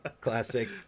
Classic